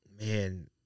man